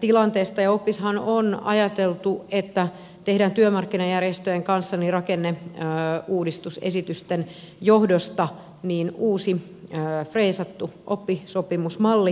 tilanteesta ja oppiksestahan on ajateltu että tehdään työmarkkinajärjestöjen kanssa rakenneuudistusesitysten johdosta uusi freesattu oppisopimusmalli